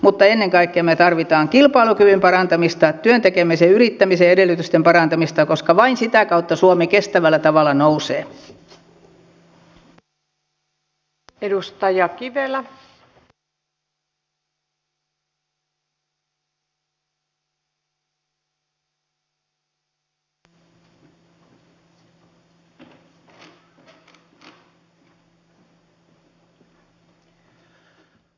mutta ennen kaikkea me tarvitsemme kilpailukyvyn parantamista työn tekemisen ja yrittämisen edellytysten parantamista koska vain sitä kautta suomi kestävällä tavalla nousee